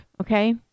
Okay